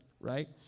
right